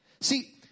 See